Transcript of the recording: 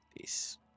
peace